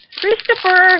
Christopher